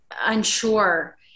unsure